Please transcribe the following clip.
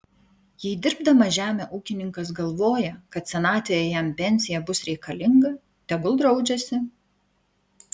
jei dirbdamas žemę ūkininkas galvoja kad senatvėje jam pensija bus reikalinga tegul draudžiasi